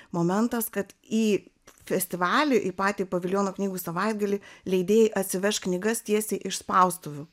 momentas kad į festivalį į patį paviljono knygų savaitgalį leidėjai atsiveš knygas tiesiai iš spaustuvių